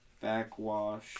backwash